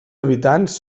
habitants